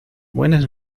buenas